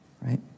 right